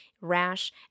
rash